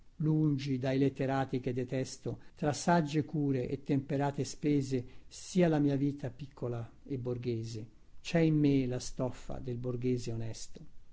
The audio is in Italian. lungi dai letterati che detesto tra saggie cure e temperate spese sia la mia vita piccola e borghese cè in me la stoffa del borghese onesto